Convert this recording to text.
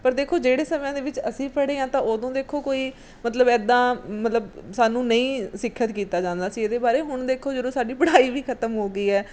ਪਰ ਦੇਖੋ ਜਿਹੜੇ ਸਮਿਆਂ ਦੇ ਵਿੱਚ ਅਸੀਂ ਪੜ੍ਹੇ ਹਾਂ ਤਾਂ ਉਦੋਂ ਦੇਖੋ ਕੋਈ ਮਤਲਬ ਇੱਦਾਂ ਮਤਲਬ ਸਾਨੂੰ ਨਹੀਂ ਸਿੱਖਿਅਤ ਕੀਤਾ ਜਾਂਦਾ ਸੀ ਇਹਦੇ ਬਾਰੇ ਹੁਣ ਦੇਖੋ ਜਦੋਂ ਸਾਡੀ ਪੜ੍ਹਾਈ ਵੀ ਖਤਮ ਹੋ ਗਈ ਹੈ